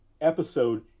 episode